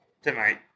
Tonight